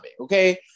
okay